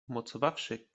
umocowawszy